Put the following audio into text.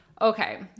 okay